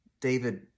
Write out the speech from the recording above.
David